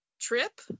Trip